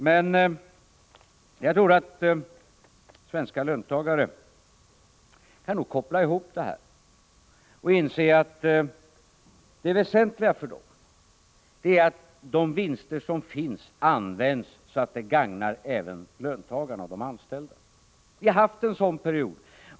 Men jag tror att svenska löntagare kan koppla ihop det här och inse att det väsentliga för dem är att de vinster som finns används så att de gagnar även löntagarna och de anställda. Vi har haft en sådan period.